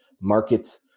markets